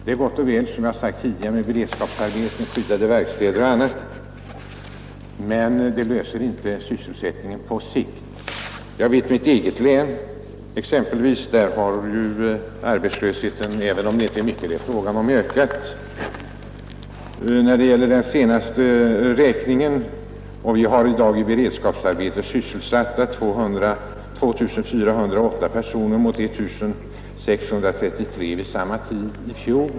Det är som jag sagt tidigare gott och väl med beredskapsarbeten, skyddade verkstäder m.m., men det löser inte problemet med sysselsättningen på sikt. I exempelvis mitt eget län har arbetslösheten ökat, även om det inte är mycket det är fråga om enligt den senaste räkningen, och vi har i dag i beredskapsarbeten sysselsatta 2408 personer mot 1633 vid samma tid i fjol.